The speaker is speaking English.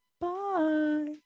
Bye